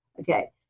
Okay